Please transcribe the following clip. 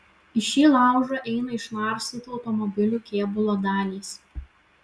į šį laužą eina išnarstytų automobilių kėbulo dalys